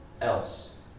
else